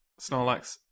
Snorlax